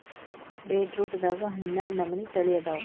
ಬೇಟ್ರೂಟದಾಗು ಹನ್ನಾಡ ನಮನಿ ತಳಿ ಅದಾವ